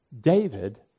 David